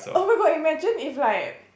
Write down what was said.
oh my god imagine if like